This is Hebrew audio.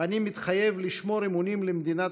"אני מתחייבת לשמור אמונים למדינת